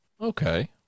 Okay